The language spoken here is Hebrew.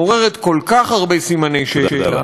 מעוררת כל כך הרבה סימני שאלה,